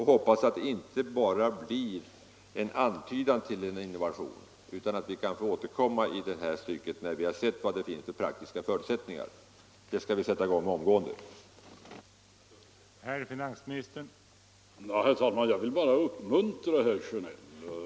Jag hoppas att det inte bara blir en antydan till en innovation utan att vi kan få återkomma till frågan när vi sett vad det finns för praktiska förutsättningar. Och det skall vi sätta i gång med att undersöka genast.